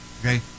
okay